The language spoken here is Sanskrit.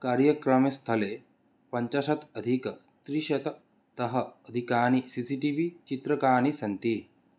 कार्यक्रमे स्थले पञ्चाशत् अधिकत्रिशततः अधिकानि सि सि टि वी चित्रकानि सन्ति